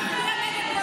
כן?